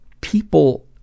people